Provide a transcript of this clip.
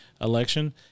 election